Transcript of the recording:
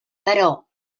però